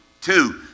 two